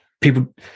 people